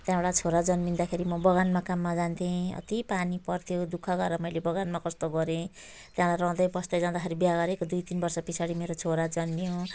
त्यहाँबाट छोरा जन्मिँदाखेरि म बगानमा काममा जान्थेँ अति पानी पर्थ्यो दुःख गरेर मैले बगानमा कष्ट गरेँ त्यहाँ रहँदै बस्दै जाँदाखेरि बिहा गरेको दुई तिन वर्ष पछाडि मेरो छोरा जन्मियो